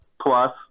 plus